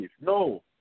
No